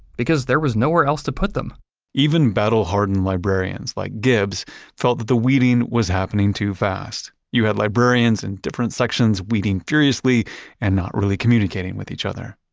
because there was nowhere else to put them even battle-hardened librarians like gibbs felt that the weeding was happening too fast. you had librarians in different sections weeding furiously and not really communicating with each other.